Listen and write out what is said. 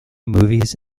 movies